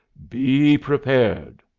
be prepared